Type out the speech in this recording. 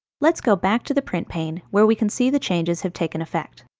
let's go back to the print pane, where we can see the changes have taken effect.